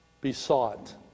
besought